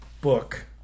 book